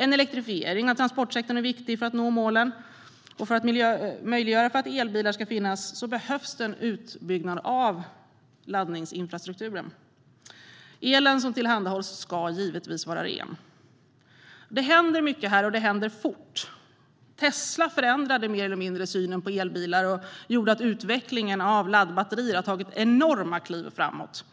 En elektrifiering av transportsektorn är viktig för att nå målet, och för att möjliggöra för elbilar behövs det en utbyggnad av laddinfrastrukturen. Elen som tillhandahålls ska givetvis vara ren. Det händer mycket här, och det händer fort. Tesla har mer eller mindre förändrat synen på elbilar och gjort att utvecklingen av laddbara batterier har tagit enorma kliv framåt.